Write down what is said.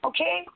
Okay